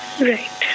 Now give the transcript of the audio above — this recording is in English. right